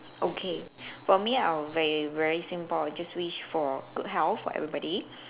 okay for me I will be very simple just wish for good health for everybody